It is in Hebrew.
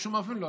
בשום אופן לא.